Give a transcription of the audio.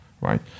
right